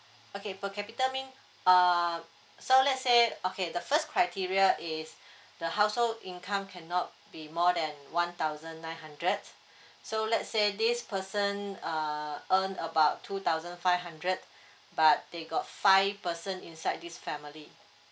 okay per capita mean uh so let's say okay the first criteria is the household income cannot be more than one thousand nine hundred so let's say this person uh earn about two thousand five hundred but they got five person inside this family